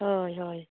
हय हय